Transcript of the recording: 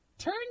Turn